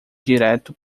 direto